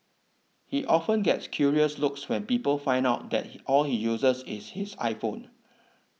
he often gets curious looks when people find out that he all he uses is his iPhone